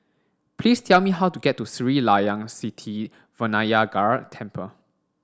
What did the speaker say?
please tell me how to get to Sri Layan Sithi Vinayagar Temple